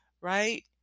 right